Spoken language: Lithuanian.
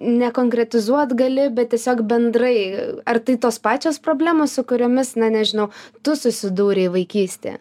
nekonkretizuot gali bet tiesiog bendrai ar tai tos pačios problemos su kuriomis na nežinau tu susidūrei vaikystė